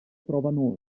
provano